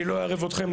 אני לא אערב אתכם,